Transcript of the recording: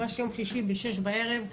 ממש ביום שישי בשש בערב,